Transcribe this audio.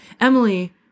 Emily